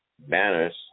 banners